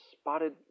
spotted